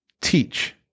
teach